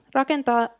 rakentaa